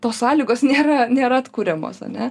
tos sąlygos nėra nėra atkuriamos ane